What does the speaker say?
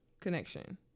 connection